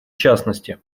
частности